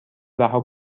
رها